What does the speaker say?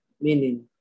meaning